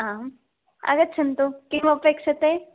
आम् आगच्छन्तु किम् अपेक्ष्यते